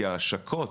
כי ההשקות